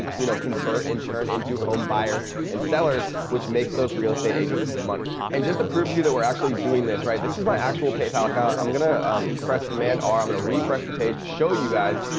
you know, convert and turn into home buyers and sellers which makes those real estate agents money. and just to prove you that we're actually doing this, right? this is my actual paypal account. i'm going to um press command r. i'm going to refresh the page to show you guys.